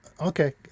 Okay